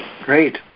Great